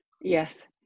Yes